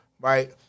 right